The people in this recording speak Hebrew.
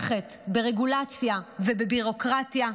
היא חותכת ברגולציה ובביורוקרטיה.